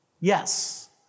Yes